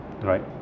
right